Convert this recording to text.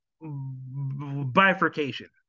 bifurcation